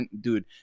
dude